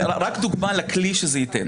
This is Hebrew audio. רק דוגמה לכלי שזה ייתן.